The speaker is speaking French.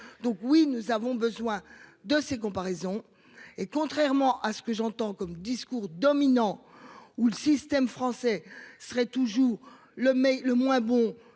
Donc oui, nous avons besoin de ces comparaisons. Et contrairement à ce que j'entends comme discours dominant ou le système français serait toujours le même le